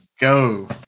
go